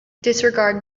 disregard